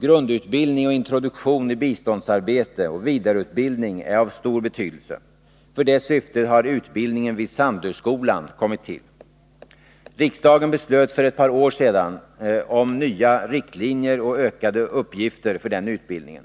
Grundutbildning och introduktion i biståndsarbete samt vidareutbildning är av stor betydelse. I syfte att tillgodose behoven på det området har utbildningen vid Sandöskolan kommit till. Riksdagen beslöt för ett par år sedan om nya riktlinjer och ökade uppgifter för denna utbildning.